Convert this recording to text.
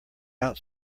out